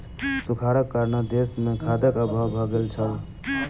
सूखाड़क कारणेँ देस मे खाद्यक अभाव भ गेल छल